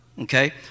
Okay